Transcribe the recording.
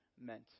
meant